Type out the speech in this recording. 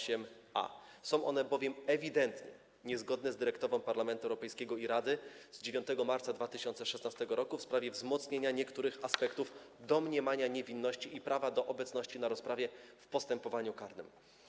Są one bowiem ewidentnie niezgodne z dyrektywą Parlamentu Europejskiego i Rady z 9 marca 2016 r. w sprawie wzmocnienia niektórych aspektów domniemania niewinności i prawa do obecności na rozprawie w postępowaniu karnym.